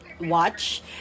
watch